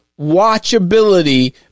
watchability